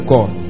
God